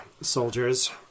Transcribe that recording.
soldiers